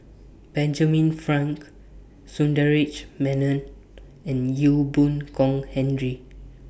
Benjamin Frank Sundaresh Menon and Ee Boon Kong Henry